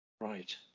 Right